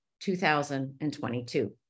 2022